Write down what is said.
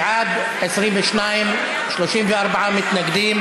בעד, 22, 34 מתנגדים.